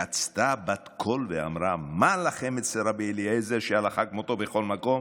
"יצתה בת קול ואמרה: מה לכם אצל רבי אליעזר שהיה לך כמותו בכל מקום?